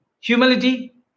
humility